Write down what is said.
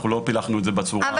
אנחנו לא פילחנו את זה בצורה הזאת.